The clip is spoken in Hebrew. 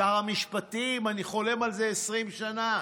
שר המשפטים: אני חולם על זה 20 שנה.